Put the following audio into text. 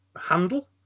handle